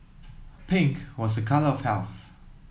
pink was a colour of health